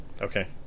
Okay